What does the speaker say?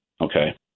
okay